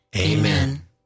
Amen